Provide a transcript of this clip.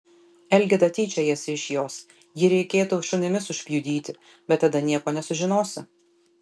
elgeta tyčiojasi iš jos jį reikėtų šunimis užpjudyti bet tada nieko nesužinosi